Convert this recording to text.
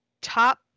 top